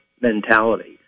mentality